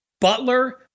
butler